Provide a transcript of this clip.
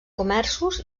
comerços